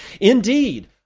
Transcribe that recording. Indeed